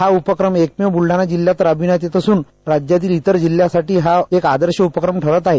हा उपक्रम एकमेव ब्लडाणा जिल्ह्यात राबविण्यात येत असून राज्यातील इतर जिल्ह्यांसाठी एक आदर्श उपक्रम ठरत आहे